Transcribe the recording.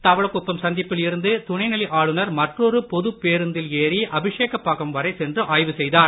தவளக்குப்பம் சந்திப்பில் இருந்து துணை நிலை ஆளுநர் மற்றோரு பொதுப் பேருந்தில் ஏறி அபிஷேகப்பாக்கம் வரை சென்று ஆய்வு செய்தார்